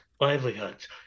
livelihoods